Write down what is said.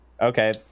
Okay